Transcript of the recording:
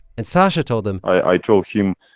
and sasha told them. i told him,